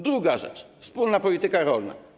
Druga rzecz - wspólna polityka rolna.